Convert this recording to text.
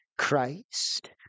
Christ